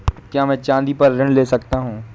क्या मैं चाँदी पर ऋण ले सकता हूँ?